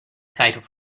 set